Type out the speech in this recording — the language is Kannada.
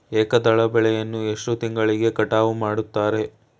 ಏಕದಳ ಬೆಳೆಯನ್ನು ಎಷ್ಟು ತಿಂಗಳಿಗೆ ಕಟಾವು ಮಾಡುತ್ತಾರೆ?